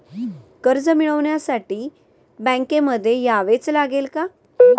कर्ज मिळवण्यासाठी बँकेमध्ये यावेच लागेल का?